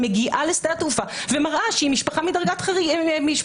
מגיעה לשדה התעופה ומראה שהיא משפחה מדרגה ראשונה.